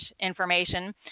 information